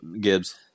Gibbs